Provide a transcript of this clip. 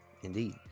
Indeed